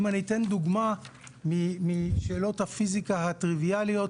אם אני אתן דוגמה משאלות הפיזיקה הטריוויאליות: